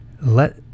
Let